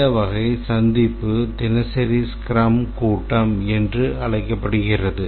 இந்த வகை சந்திப்பு தினசரி ஸ்க்ரம் கூட்டம் என்று அழைக்கப்படுகிறது